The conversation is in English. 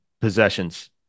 possessions